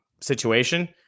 situation